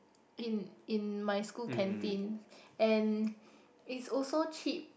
in in my school canteen and is also cheap